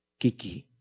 kiki,